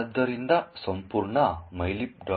ಆದ್ದರಿಂದ ಸಂಪೂರ್ಣ mylib